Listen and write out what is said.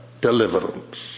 deliverance